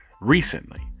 recently